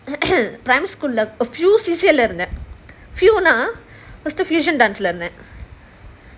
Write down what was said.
primary school a few C_C_A இருந்தேன்:irunthaen few lah !huh! first fusion dance இருந்தேன்:irunthaen